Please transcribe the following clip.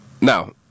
Now